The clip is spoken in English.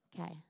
Okay